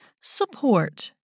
support